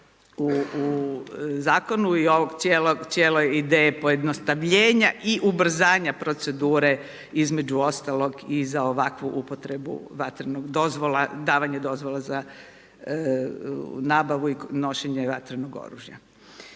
u zakonu i ovoj cijeloj ideji pojednostavljenja i ubrzanja procedure između ostalog i za ovakvu upotrebu vatrenog, davanja dozvola za nabavu i nošenje vatrenog oružja.